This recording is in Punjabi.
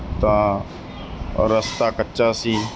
ਤਾਂ ਰਸਤਾ ਕੱਚਾ ਸੀ